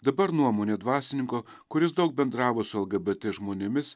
dabar nuomonė dvasininko kuris daug bendravo su lgbt žmonėmis